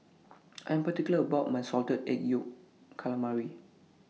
I Am particular about My Salted Egg Yolk Calamari